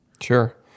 Sure